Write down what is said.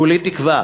כולי תקווה